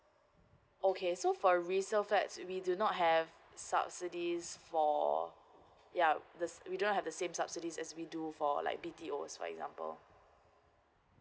okay so for resale flats we do not have subsidies for yup the we do not have the same subsidies as we do for like B_T_O's for example